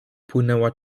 płynęła